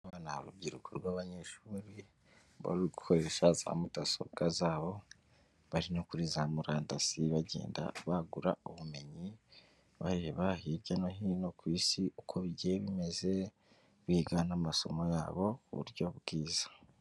Ndabona urubyiruko rw'abanyeshuri bari gukoresha za mudasobwa zabo, bari no kuri zamurandasi bagenda bagura ubumenyi, bareba hirya no hino ku isi uko bigiye bimeze, biga n'amasomo yabo ku buryo bwiza.